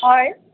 হয়